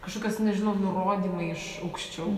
kažkokios nežinau nurodymai iš aukščiau